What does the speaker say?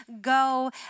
go